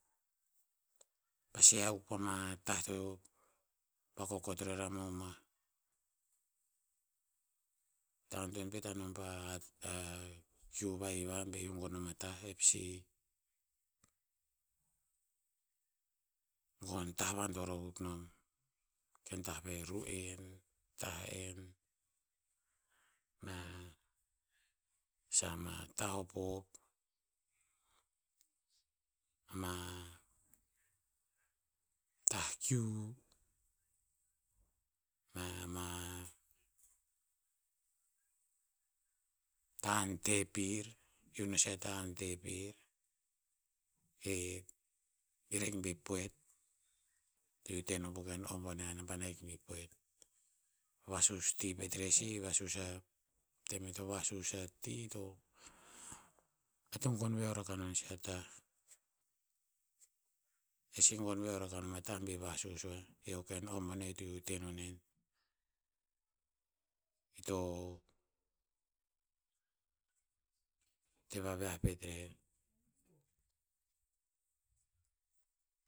Pasi he akuk pa ma tah to, vakokot rer a momoah ta antoen pet anom pa kiu ua hiva be iu gon nom a tah e pasi, gon tah vador akuk nom, ken tah ve ru'en, tah en, mea, sah tah hophop. Ama tah kiu. Mea ama, tahan te pir. Iu no sih a tahan te pir. Eh, ir ahik bir poet. Iu te no po ken o boneh naban abhik bir poet. Vasus ti pet rer sih, vasus a, tem ir to vasus a ti to, e to gon veho rakah nom si a tah. Eh sih gon veho rakah no a tah bi vasus oah. I o ken o boneh eo to iu te no nen. Ito, te vaviah pet rer.